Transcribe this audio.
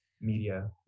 media